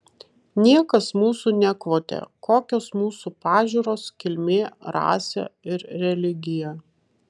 niekas mūsų nekvotė kokios mūsų pažiūros kilmė rasė ir religija